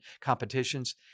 competitions